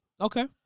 Okay